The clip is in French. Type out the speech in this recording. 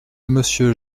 monsieur